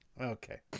Okay